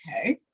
okay